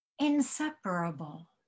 inseparable